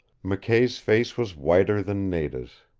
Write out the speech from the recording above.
mckay's face was whiter than nada's.